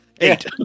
Eight